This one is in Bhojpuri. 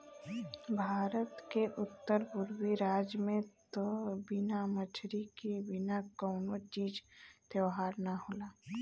भारत के उत्तर पुरबी राज में त बिना मछरी के बिना कवनो तीज त्यौहार ना होला